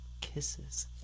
kisses